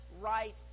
right